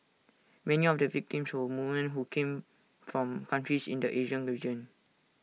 many of the victims were women who came from countries in the Asian region